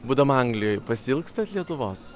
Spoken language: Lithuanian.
būdama anglijoj pasiilgstat lietuvos